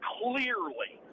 clearly